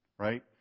Right